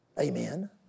Amen